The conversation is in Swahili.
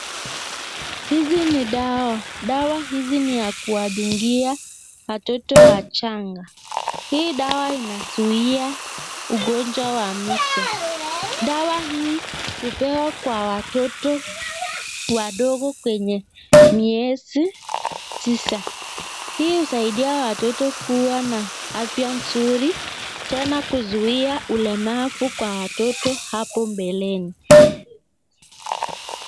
Hizi ni dawa. Dawa hizi ni ya kuwadungia watoto wachanga. Hii dawa inazuia ugonjwa wa measles . Dawa hii hupewa kwa watoto wadogo kwenye miezi tisa. Hii husaidia watoto kuwa na afya nzuri, tena kuzuia ulemavu kwa watoto hapo mbeleni.